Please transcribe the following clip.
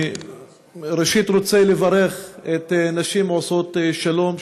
ראשית אני רוצה לברך את נשים עושות שלום,